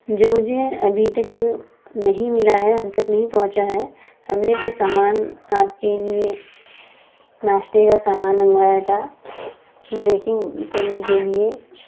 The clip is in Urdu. جو مجھے ابھی تک نہیں ملا ہے ہم تک نہیں پہنچا ہے ہمیں کچھ سامان آپ کے لیے ناشتے کا سامان منگوایا تھا بریکنگ کرنے کے لیے